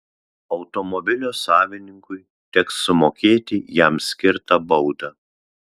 automobilio savininkui teks sumokėti jam skirtą baudą